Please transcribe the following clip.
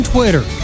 Twitter